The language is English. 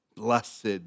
Blessed